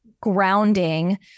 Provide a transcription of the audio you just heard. grounding